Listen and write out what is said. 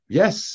yes